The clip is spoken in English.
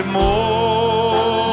more